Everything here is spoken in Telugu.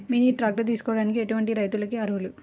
మినీ ట్రాక్టర్ తీసుకోవడానికి ఎటువంటి రైతులకి అర్హులు?